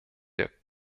der